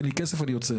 תן לי כסף אני יוצא.